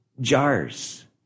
jars